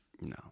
No